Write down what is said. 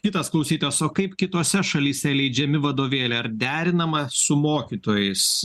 kitas klausytojas o kaip kitose šalyse leidžiami vadovėliai ar derinama su mokytojais